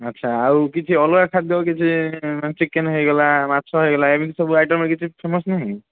ଆଚ୍ଛା ଆଉ କିଛି ଅଲଗା ଖାଦ୍ୟ କିଛି ଚିକେନ ହୋଇଗଲା ମାଛ ହୋଇଗଲା ଏମିତି ସବୁ ଆଇଟମ କିଛି ଫେମସ ନୁହେଁ କି